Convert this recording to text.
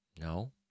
No